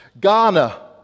Ghana